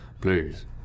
please